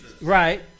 Right